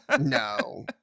No